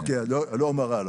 אוקיי, לא אומר הלאה.